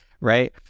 right